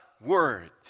word